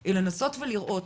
היא לנסות ולראות